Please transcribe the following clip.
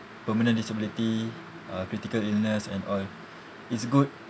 permanent disability uh critical illness and all it's good